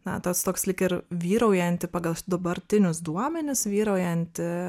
na tas toks lyg ir vyraujanti pagal dabartinius duomenis vyraujanti